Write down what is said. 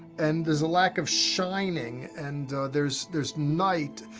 and there's a lack of shining, and there's there's night.